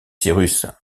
cyrus